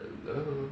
hello